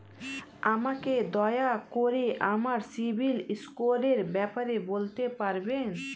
আমাকে দয়া করে আমার সিবিল স্কোরের ব্যাপারে বলতে পারবেন?